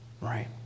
right